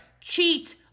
Cheat